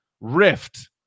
rift